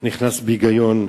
נתפס בהיגיון.